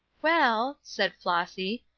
well, said flossy,